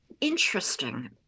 interesting